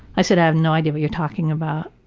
i said, i have no idea what you're talking about.